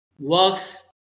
works